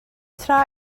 tra